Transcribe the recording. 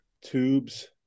tubes